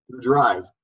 Drive